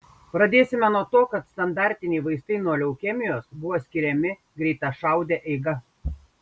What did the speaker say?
pradėsime nuo to kad standartiniai vaistai nuo leukemijos buvo skiriami greitašaude eiga